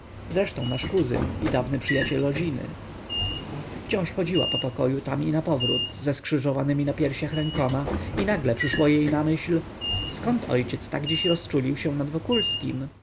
zresztą nasz kuzyn i dawny przyjaciel rodziny wciąż chodziła po pokoju tam i napowrót ze skrzyżowanemi na piersiach rękoma i nagle przyszło jej na myśl zkąd ojciec tak dziś rozczulił się nad wokulskim